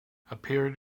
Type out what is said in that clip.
appeared